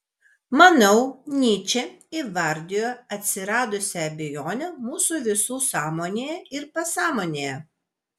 manau nyčė įvardijo atsiradusią abejonę mūsų visų sąmonėje ir pasąmonėje